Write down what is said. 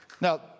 Now